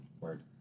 word